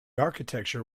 architecture